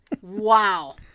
Wow